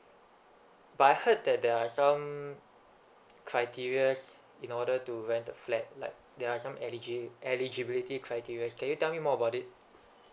but I heard that there're some criterias in order to rent the flat like there are some eligy~ eligibility criterias can you tell me more about it